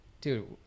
Dude